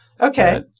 okay